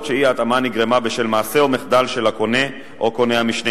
שאי-ההתאמה נגרמה בשל מעשה או מחדל של הקונה או קונה המשנה.